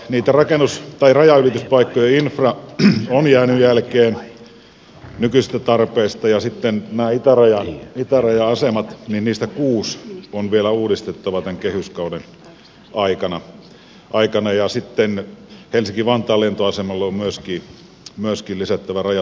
niitten rajanylityspaikkojen infra on jäänyt jälkeen nykyisestä tarpeesta ja sitten näistä itärajan asemista kuusi on vielä uudistettava tämän kehyskauden aikana ja helsinki vantaan lentoasemalla on myöskin lisättävä rajatarkastajia